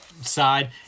side